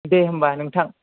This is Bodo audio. दे होनबा नोंथां